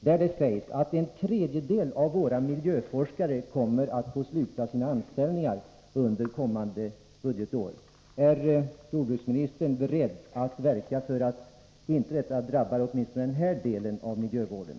Där står det att en tredjedel av våra miljöforskare kommer att få sluta sin anställning under kommande budgetår. Är jordbruksministern beredd att verka för att detta åtminstone inte drabbar den här delen av miljövården?